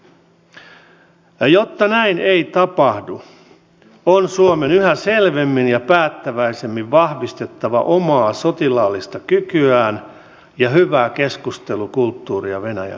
jotta näin ei tapahdu on suomen yhä selvemmin ja päättäväisemmin vahvistettava omaa sotilaallista kykyään ja hyvää keskustelukulttuuria venäjän kanssa